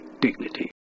dignity